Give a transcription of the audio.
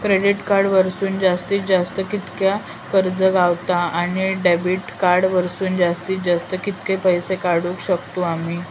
Credit card वरसून जास्तीत जास्त कितक्या कर्ज गावता, आणि डेबिट कार्ड वरसून जास्तीत जास्त कितके पैसे काढुक शकतू आम्ही?